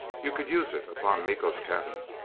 you could use it upon miko's cabin